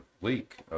leak